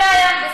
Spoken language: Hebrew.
אין בעיה.